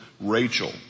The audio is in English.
Rachel